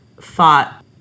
thought